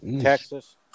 Texas